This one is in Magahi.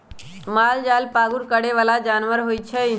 मालजाल पागुर करे बला जानवर होइ छइ